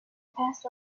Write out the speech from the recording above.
past